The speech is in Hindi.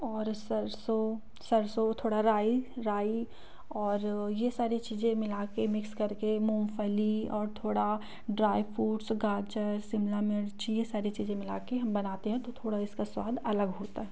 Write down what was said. और सरसों सरसों थोड़ा राई राई और ये सारी चीज़े मिला के मिक्स कर के मूंगफली और थोड़ा ड्राई फ्रूट्स गाजर शिमला मिर्च सारी चीज़े मिला के हम बनाते हैं तो थोड़ा इसका स्वाद अलग होता है